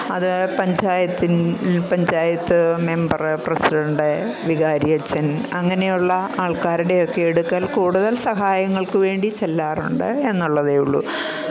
അത് പഞ്ചായത്തിന് panchayat member president വികാരിയച്ഛന് അങ്ങനെയുള്ള ആള്ക്കാരുടെയൊക്കെ അടുക്കല് കൂടുതല് സഹായങ്ങള്ക്കു വേണ്ടി ചെല്ലാറുണ്ട് എന്നുള്ളതേയുള്ളൂ